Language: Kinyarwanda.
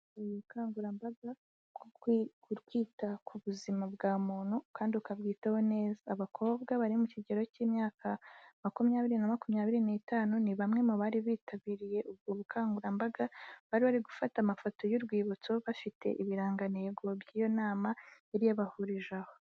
Ubukangurambaga bwo kwita ku buzima bwa muntu kandi ukabwitaho neza, abakobwa bari mu kigero cy'imyaka makumyabiri na makumyabiri n'itanu ni bamwe mu bari bitabiriye ubwo bukangurambaga, bari bari gufata amafoto y'urwibutso, bafite ibirangantego by'iyo nama yari yabahurije aho.